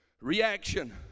reaction